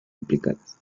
implicadas